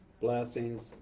blessings